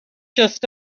just